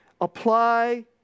Apply